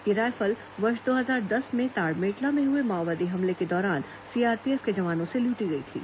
यह रायफल वर्ष दो हजार दस में ताड़मेटला में हुए माओवादी हमले के दौरान सीआरपीएफ के जवानों से लूटी गई थी